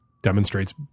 demonstrates